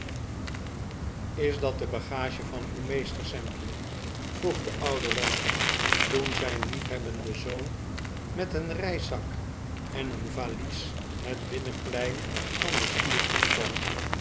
is dat de bagage van uw meester sampje vroeg de oude weller toen zijn liefhebbende zoon met een reiszak en een valies het birinenplein van m de stier opkwam